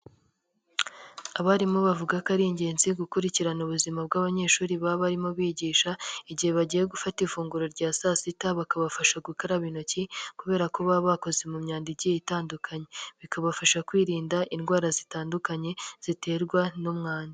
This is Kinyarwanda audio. Abarimu bavuga ko ari ingenzi gukurikirana ubuzima bw'abanyeshuri baba barimo bigisha, igihe bagiye gufata ifunguro rya saa sita, bakabafasha gukaraba intoki kubera ko baba bakoze mu myanda igiye itandukanye. Bikabafasha kwirinda indwara zitandukanye ziterwa n'umwanda.